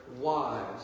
wives